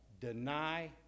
Deny